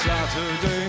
Saturday